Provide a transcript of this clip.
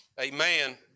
Amen